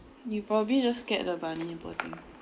you probably just scared the bunny poor thing